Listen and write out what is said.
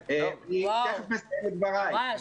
וואוו, ממש, תגן עליי...